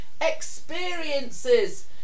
experiences